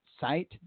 site